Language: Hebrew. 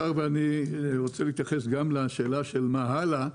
אני רוצה להתייחס גם לשאלה מה הלאה,